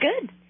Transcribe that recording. good